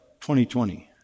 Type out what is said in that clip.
2020